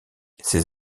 ces